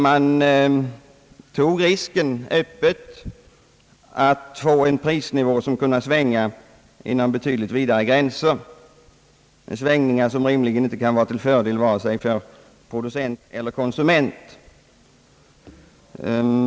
Man tog öppet risken att få en prisnivå som skulle kunna svänga inom betydligt vidare gränser — en svängning som rimligtvis inte kan vara till fördel för vare sig konsument eller producent.